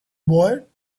boy